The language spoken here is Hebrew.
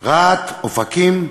רהט, אופקים,